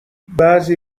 بعضی